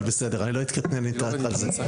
אבל בסדר, לא אתקטנן איתך על זה.